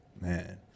Man